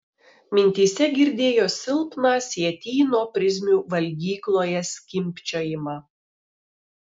mintyse girdėjo silpną sietyno prizmių valgykloje skimbčiojimą